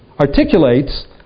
articulates